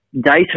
data